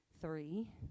three